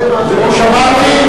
שמעתי,